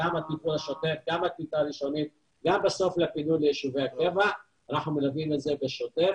גם לטיפול השוטף ואנחנו מלווים בשוטף.